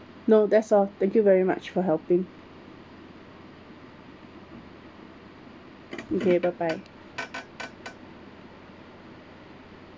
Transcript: no that's all thank you very much for helping okay bye bye